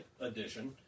Edition